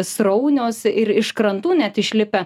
sraunios ir iš krantų net išlipę